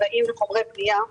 --- צבעים וחומרי בנייה.